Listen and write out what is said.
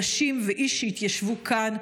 נשים ואיש שהתיישבו כאן,